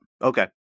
Okay